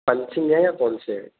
punching ہیں یا کون سے ہیں